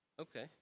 Okay